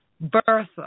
Bertha